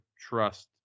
trust